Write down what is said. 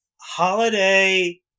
Holiday